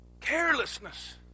Carelessness